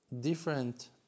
different